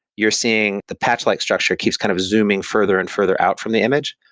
you're seeing the patch-like structure keeps kind of zooming further and further out from the image.